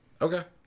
Okay